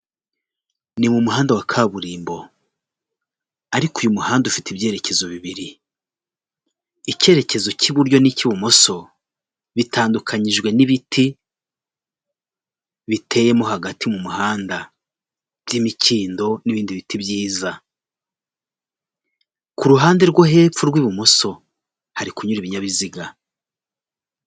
Ni mu muhanda wa kaburimbo ariko uyu muhanda ufite ibyerekezo bibiri, icyerekezo cy'iburyo n'icyibumoso bitandukanyijwe n'ibiti biteyemo hagati mu muhanda by'imikindo n'ibindi biti byiza, ku ruhande rwo hepfo rw'ibumoso hari kunyura ibinyabiziga.